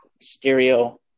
Stereo